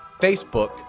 Facebook